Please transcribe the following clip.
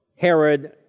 Herod